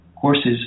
courses